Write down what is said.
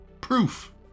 proof